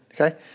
okay